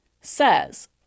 says